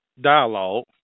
dialogue